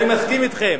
אני מסכים אתכם.